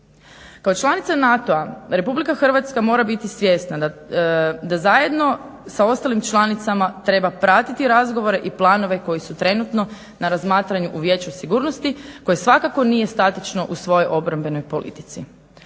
Kao članica NATO-a Republika Hrvatska mora biti svjesna da zajedno sa ostalim članicama treba pratiti razgovore i planove koji su trenutno na razmatranju u Vijeću sigurnosti koje svakako nije statičnu o svojoj obrambenoj politici.